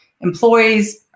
employees